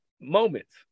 moments